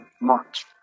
March